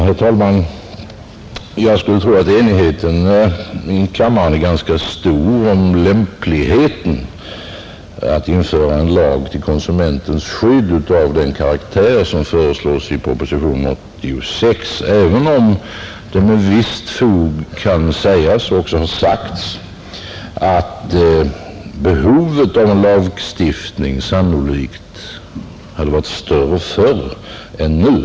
Herr talman! Jag skulle tro att enigheten i kammaren är ganska stor i fråga om lämpligheten att införa en lag till konsumentens skydd av den karaktär som föreslås i propositionen 86, även om det med visst fog kan sägas och också har sagts att behovet av en lagstiftning sannolikt hade varit större förr än nu.